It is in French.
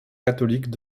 catholiques